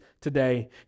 today